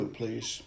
please